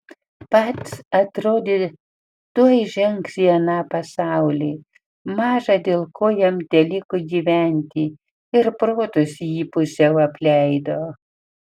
pats atrodė tuoj žengs į aną pasaulį maža dėl ko jam teliko gyventi ir protas jį pusiau apleido